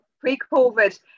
pre-COVID